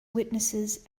witnesses